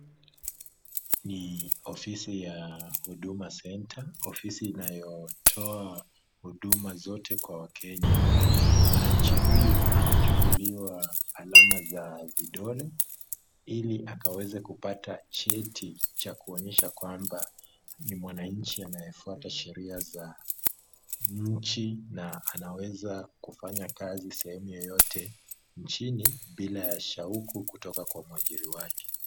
Ni ofisi ya Huduma Centre, ofisi inayotoa huduma zote kwa wakenya. Mwananchi huyu anachukuliwa alama za vidole ili akaweze kupata cheti cha kuonyesha kwamba ni mwananchi anayefuata sheria za nchi na anaweza kufanya kazi sehemu yoyote nchini bila ya shauku kutoka kwa mwajiri wake.